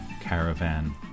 Caravan